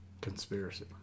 Conspiracy